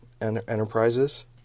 Enterprises